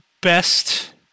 best